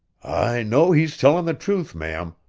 i know he's tellin' the truth, ma'am.